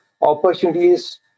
Opportunities